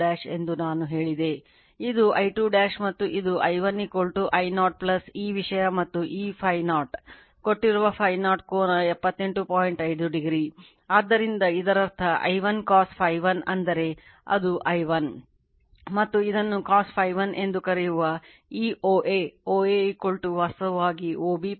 ಮತ್ತು I2 ಮತ್ತು I2 anti phase ದಲ್ಲಿ V1 ಎಂದು ಹೇಳುತ್ತದೆ ಆದ್ದರಿಂದ OB BA